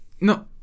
no